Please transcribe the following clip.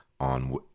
on